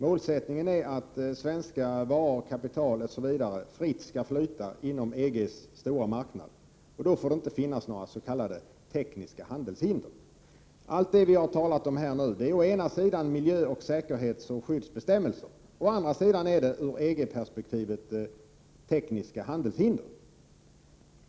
Målsättningen är att svenska varor, svenskt kapital osv. fritt skall flyta inom EG:s stora marknad, och då får det inte finns några s.k. tekniska handelshinder. Allt det som vi nu har talat om är å ena sidan miljö-, säkerhetsoch skyddsbestämmelser, å andra sidan tekniska handelshinder från EG-perspektiv.